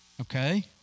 okay